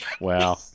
Wow